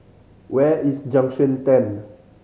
where is Junction Ten